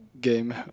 game